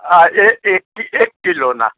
હા એ એક કિલોના